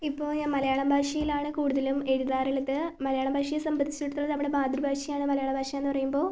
ഇപ്പോൾ ഞാൻ മലയാളം ഭാഷയിൽ ആണ് കൂടുതലും എഴുതാറുള്ളത് മലയാളം ഭാഷയെ സംബന്ധിച്ചടുത്തോളം നമ്മുടെ മാതൃഭാഷയാണ് മലയാള ഭാഷ എന്ന് പറയുമ്പോൾ